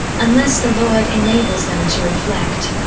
unless the lord enables them to reflect.